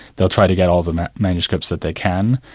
they'll try to get all the manuscripts that they can,